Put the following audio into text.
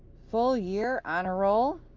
full year honor roll,